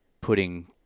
putting